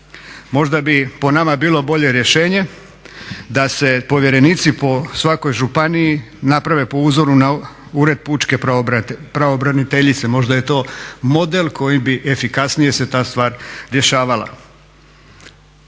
Možda bi, po nama, bilo bolje rješenje da se povjerenici po svakoj županiji naprave po uzoru na Ured pučke pravobraniteljice. Možda je to model kojim bi efikasnije se ta stvar rješavala.